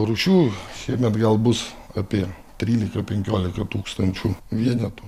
rūšių šiemet gal bus apie trylika penkiolika tūkstančių vienetų